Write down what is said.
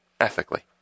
ethically